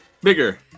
Bigger